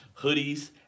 hoodies